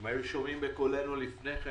אם היו שומעים בקולנו לפני כן